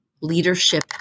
leadership